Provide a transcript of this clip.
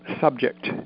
subject